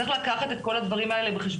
צריך לקחת את כל הדברים האלה בחשבון.